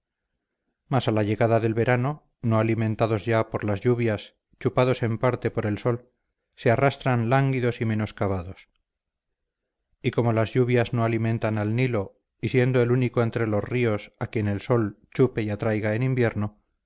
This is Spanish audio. mas a la llegada del verano no alimentados ya por las lluvias chupados en parte por el sol se arrastran lánguidos y menoscabados y como las lluvias no alimentan al nilo y siendo el único entre los ríos a quien el sol chupe y atraiga en invierno